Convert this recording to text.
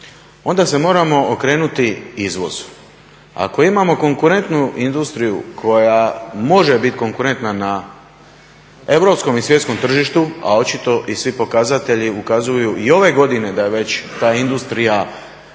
onda se moramo okrenuti izvozu. A ako imamo konkurentnu industriju koja može biti konkurentna na europskom i svjetskom tržištu, a očito i svi pokazatelji ukazuju i ove godine da je već ta industrija